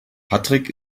patrick